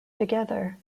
together